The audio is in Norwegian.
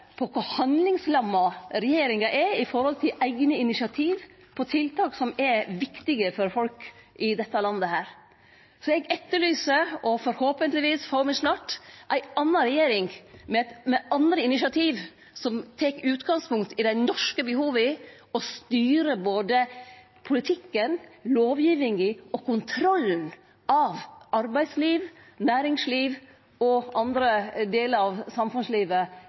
på kor handlingslamma regjeringa er når det gjeld eigne initiativ til tiltak som er viktige for folk i dette landet. Eg etterlyser, og forhåpentlegvis får me snart, ei anna regjering med andre initiativ som tek utgangspunkt i dei norske behova og styrer både politikken, lovgivinga og kontrollen av arbeidsliv, næringsliv og andre delar av samfunnslivet